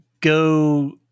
go